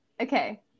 Okay